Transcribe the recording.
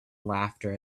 laughter